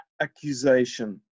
accusation